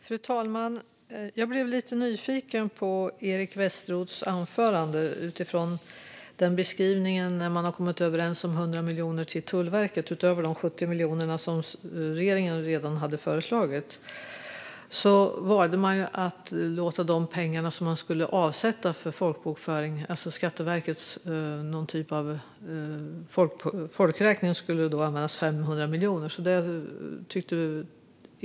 Fru talman! Jag blev lite nyfiken på Eric Westroths beskrivning i anförandet om hur man kom överens om 100 miljoner till Tullverket. Utöver de 70 miljoner som regeringen redan hade föreslagit valde man att använda pengarna som egentligen skulle avsättas till någon sorts folkräkning som Skatteverket skulle genomföra. 500 miljoner skulle användas till det.